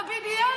עם ה-BDS?